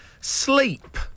Sleep